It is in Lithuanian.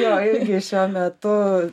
jo irgi šiuo metu